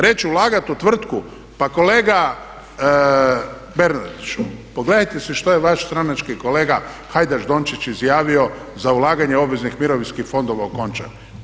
Reći ulagati u tvrtku, pa kolega Bernardiću, pogledajte si što je vaš stranački kolega Hajdaš-Dončić izjavio za ulaganje obveznih mirovinskih fondova u Končar.